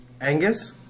Angus